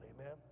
Amen